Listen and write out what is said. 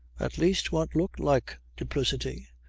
at least what looked like duplicity,